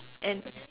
and